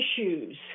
issues